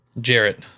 Jarrett